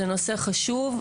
זה נושא חשוב.